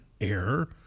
error